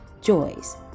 joys